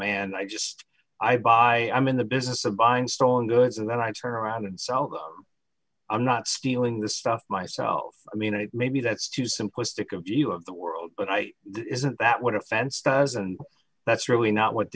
man i just i buy i'm in the business of buying stolen goods and then i turn around and so i'm not stealing the stuff myself i mean it maybe that's too simplistic a view of the world but i that what offense does and that's really not what